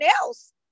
else